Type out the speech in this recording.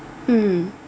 mm